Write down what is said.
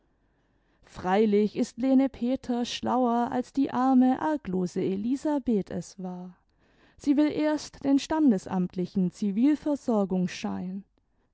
freilich ist lene peters schlauer als die arme arglose elisabeth es war sie will erst den standesamtlichen zivilversorgungsschein